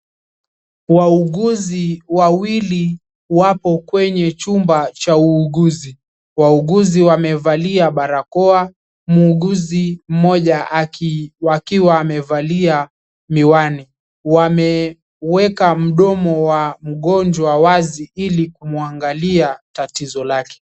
Wauguzi wawili wapo kwenye chumba cha uuguzi. Wauguzi wamevalia barakoa, muuguzi mmoja akiwa amevalia miwani. Wameuweka mdomo wa mgonjwa wazi ilikumuangalia tatizo lake.